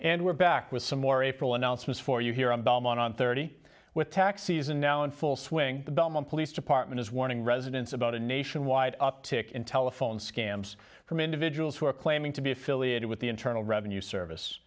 and we're back with some more april announcements for you here in beaumont on thirty with tax season now in full swing the belmont police department is warning residents about a nationwide uptick in telephone scams from individuals who are claiming to be affiliated with the internal revenue service